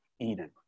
Eden